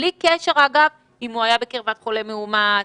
בלי קשר, אגב, אם הוא היה בקרבת חולה מאומת.